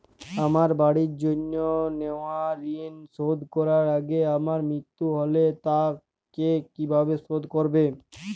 আমার বাড়ির জন্য নেওয়া ঋণ শোধ করার আগে আমার মৃত্যু হলে তা কে কিভাবে শোধ করবে?